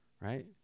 right